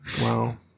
Wow